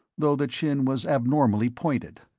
though the chin was abnormally pointed.